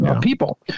people